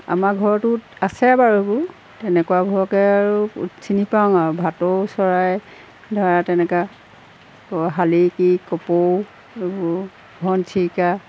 আমাৰ ঘৰটোত আছে বাৰু এইবোৰ তেনেকুৱাবোৰকে আৰু চিনি পাওঁ আৰু ভাতৌ চৰাই ধৰা তেনেকুৱা আকৌ শালিকি কপৌ এইবোৰ ঘন চিৰিকা